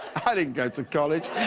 i didn't go to college.